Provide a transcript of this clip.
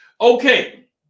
Okay